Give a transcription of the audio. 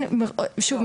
שוב,